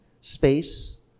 space